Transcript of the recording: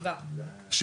7